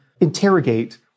interrogate